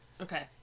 Okay